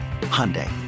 Hyundai